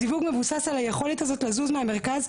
זיווג מבוסס על היכולת הזאת לזוז מהמרכז,